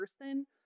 person